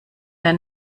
der